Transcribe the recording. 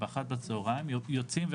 יוצאים,